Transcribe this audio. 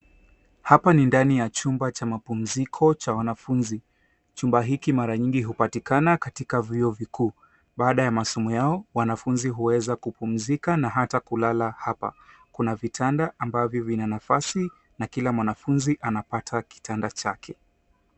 Hapa ni ndani ya chumba cha mapumziko cha wanafunzi. Chumba hiki mara nyingi hupatikana katika vyuo vikuu. Baada ya masomo yao wanafunzi huweza kupumzika na hata kulala hapa. Kuna vitanda ambavyo vina nafasi na kila mwanafunzi anapata kitanda chake.